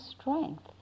strength